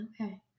Okay